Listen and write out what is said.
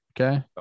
okay